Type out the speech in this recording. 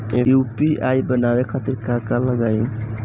UPI बनावे खातिर का का लगाई?